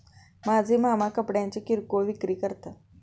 माझे मामा कपड्यांची किरकोळ विक्री करतात